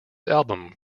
album